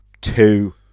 two